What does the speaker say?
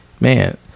man